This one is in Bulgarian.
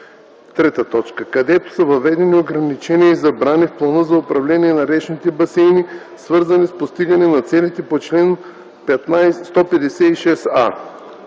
3. където са въведени ограничения и забрани в плана за управление на речните басейни, свързани с постигане на целите по чл. 156а;